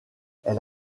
elle